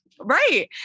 Right